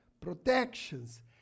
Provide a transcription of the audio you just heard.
protections